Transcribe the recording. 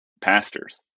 pastors